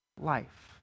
life